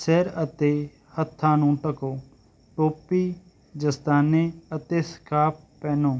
ਸਿਰ ਅਤੇ ਹੱਥਾਂ ਨੂੰ ਢਕੋ ਟੋਪੀ ਜਸਤਾਨੇ ਅਤੇ ਸਕਾਪ ਪਹਿਨੋ